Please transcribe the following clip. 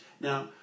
Now